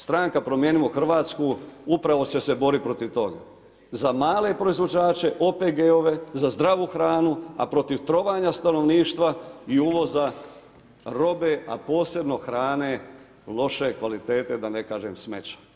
Stranka Promijenimo Hrvatsku, upravo će se boriti protiv toga, za male proizvođače, OPG-ove, za zdravu hranu, a protiv trovanja stanovništva i uvoza robe, a posebno hrane loše kvalitete, da ne kažem smeće.